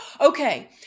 Okay